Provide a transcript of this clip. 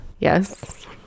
Yes